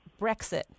Brexit